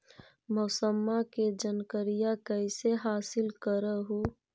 मौसमा के जनकरिया कैसे हासिल कर हू?